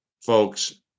folks